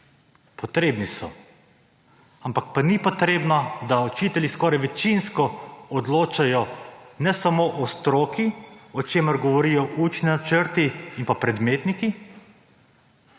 Potrebni so. Ampak ni potrebno, da učitelji skoraj večinsko odločajo ne samo o stroki, o čemer govorijo učni načrti in pa predmetniki,